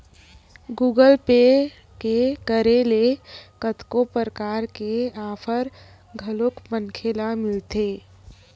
Google Pay के करे ले कतको परकार के आफर घलोक मनखे ल मिलथे